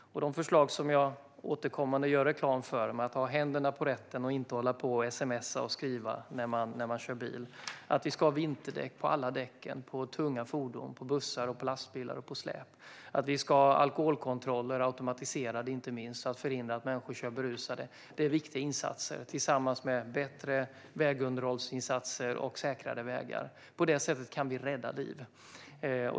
Det finns förslag som jag återkommande gör reklam för, nämligen att hålla händerna på ratten och inte sms:a och skriva när man kör, att alla däck ska vara vinterdäck på tunga fordon, bussar, lastbilar och släp samt automatiserade alkoholkontroller för att förhindra att människor kör berusade. Det här är viktiga insatser tillsammans med bättre vägunderhåll och säkrare vägar. På det sättet kan vi rädda liv.